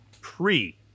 pre